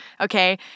okay